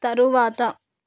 తరువాత